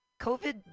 COVID